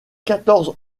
quatorze